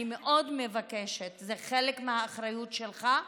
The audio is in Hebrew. אני מאוד מבקשת, זה חלק מהאחריות שלך,